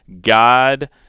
God